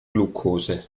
glukose